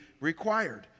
required